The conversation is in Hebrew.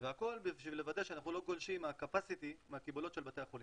והכל בשביל לוודא שאנחנו לא גולשים מקיבולות בתי החולים.